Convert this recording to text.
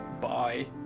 Bye